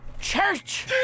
Church